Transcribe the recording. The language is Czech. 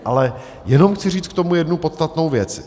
Ale jenom chci říct k tomu jednu podstatnou věc.